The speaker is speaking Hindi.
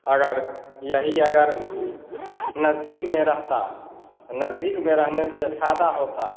अगर यही अगर नज़दीक में रहता नज़दीक में रहने से फ़ायदा होता